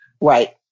Right